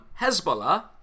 Hezbollah